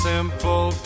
Simple